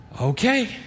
okay